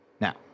Now